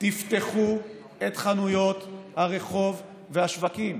תפתחו את חנויות הרחוב ואת השווקים.